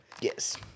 Yes